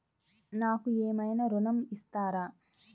నాకు ఏమైనా ఋణం ఇస్తారా?